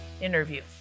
interview